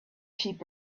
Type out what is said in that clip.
sheep